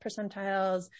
percentiles